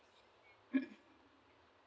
mm